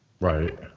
right